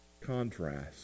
contrast